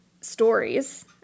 stories